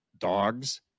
dogs